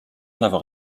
d’avoir